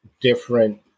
different